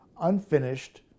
unfinished